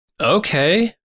Okay